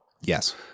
Yes